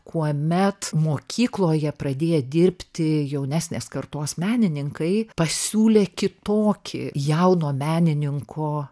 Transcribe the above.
kuomet mokykloje pradėję dirbti jaunesnės kartos menininkai pasiūlė kitokį jauno menininko